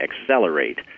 accelerate